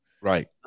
Right